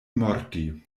morti